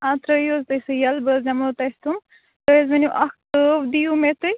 آ ترٲیوحظ تُہۍ سُہ یَلہٕ بہٕ حظ دِمہوتۄہہِ تٕم بیٚیہِ حظ وونواَکھ تٲو دیِو مےٚ تُہۍ